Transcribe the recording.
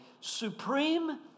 supreme